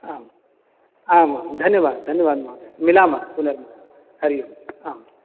आम् आम् आं धन्यवादः धन्यवादः महोदय मिलामः पुनर्मिलामः हरिः ओम् आम्